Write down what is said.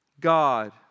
God